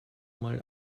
mal